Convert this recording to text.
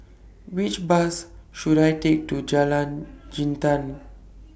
Which Bus should I Take to Jalan Jintan